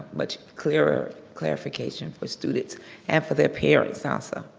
much clearer, clarification for students and for their parents also.